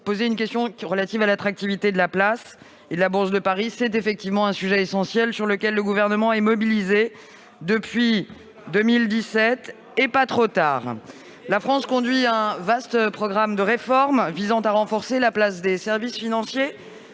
posez une question relative à l'attractivité de la place et de la Bourse de Paris. C'est en effet un sujet essentiel sur lequel le Gouvernement est mobilisé depuis 2017. C'est un peu tard ! Non, ce n'est pas trop tard ! La France conduit un vaste programme de réformes visant à renforcer la place des services financiers